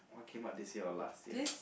came out this year or last year